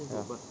ya